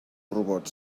robot